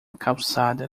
calçada